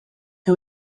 who